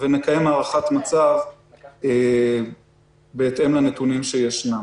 ונקיים הערכת מצב בהתאם לנתונים שישנם.